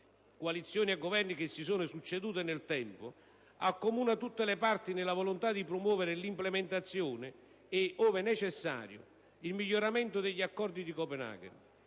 (coalizioni e Governi che si sono succeduti nel tempo), accomuna tutte le parti nella volontà di promuovere l'implementazione e, ove necessario, il miglioramento degli accordi di Copenaghen,